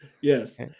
yes